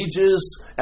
ages